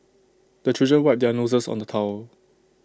the children wipe their noses on the towel